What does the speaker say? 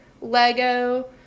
Lego